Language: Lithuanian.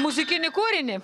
muzikinį kūrinį